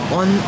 on